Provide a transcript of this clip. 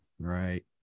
Right